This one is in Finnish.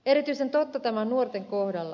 erityisen totta tämä on nuorten kohdalla